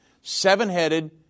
Seven-headed